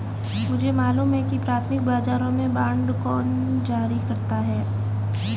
मुझे मालूम है कि प्राथमिक बाजारों में बांड कौन जारी करता है